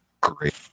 great